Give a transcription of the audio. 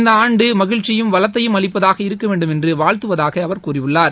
இந்தஆண்டுமகிழ்ச்சியும் வளத்தையும் அளிப்பதாக இருக்கவேண்டும் என்றுவாழ்த்துவதாகஅவர் கூறியுள்ளார்